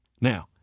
Now